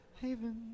Haven